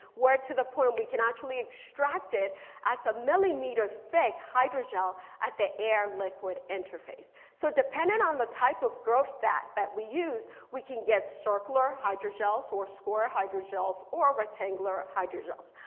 where to the point we can actually extract it as a millimeter thick hydrogels at the air liquid interface. so depending on the type of growth that that we use, we can get circular hydrogels or square hydrogels or rectangular hydrogels.